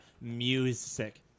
music